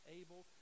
able